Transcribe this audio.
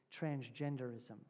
transgenderism